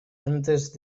antes